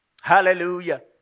Hallelujah